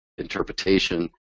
interpretation